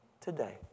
Today